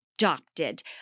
Adopted